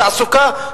תעסוקה,